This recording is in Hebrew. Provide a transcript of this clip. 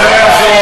זה לא יעזור.